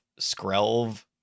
Skrelv